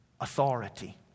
authority